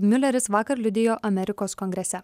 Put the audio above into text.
miuleris vakar liudijo amerikos kongrese